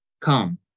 come